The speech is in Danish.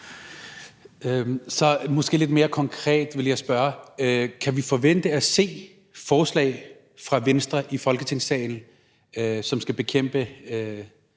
et måske lidt mere konkret spørgsmål: Kan vi forvente at se forslag fra Venstre i Folketingssalen, som skal bekæmpe